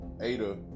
Ada